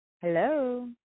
Hello